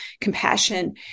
compassion